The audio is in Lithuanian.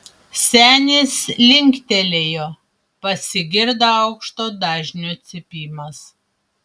senis linktelėjo pasigirdo aukšto dažnio cypimas